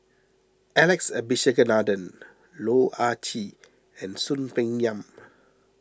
Alex Abisheganaden Loh Ah Chee and Soon Peng Yam